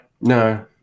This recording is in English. No